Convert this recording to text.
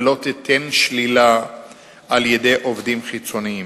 ולא תישלל קצבה על-ידי עובדים חיצוניים,